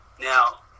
Now